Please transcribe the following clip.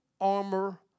armor